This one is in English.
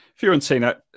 Fiorentina